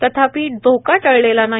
तथापि धोका टळलेला नाही